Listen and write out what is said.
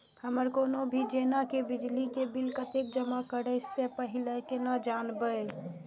हमर कोनो भी जेना की बिजली के बिल कतैक जमा करे से पहीले केना जानबै?